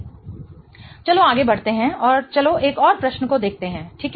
चलो आगे बढ़ते हैं और चलो एक और प्रश्न को देखते हैं ठीक है